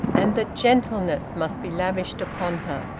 and that gentleness must be lavished upon her.